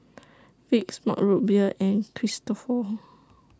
Vicks Mug Root Beer and Cristofori